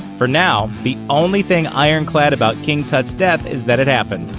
for now, the only thing ironclad about king tut's death is that it happened,